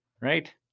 right